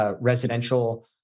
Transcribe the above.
residential